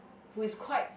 who is quite